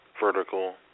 vertical